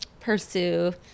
pursue